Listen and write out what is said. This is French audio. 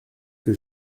que